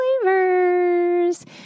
flavors